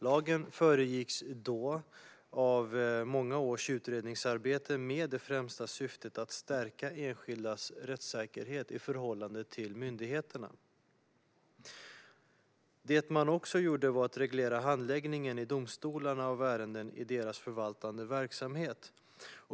Lagen föregicks då av många års utredningsarbete med det främsta syftet att stärka enskildas rättssäkerhet i förhållande till myndigheterna. Det man också gjorde var att reglera handläggningen i domstolarna av ärenden i deras förvaltande verksamhet.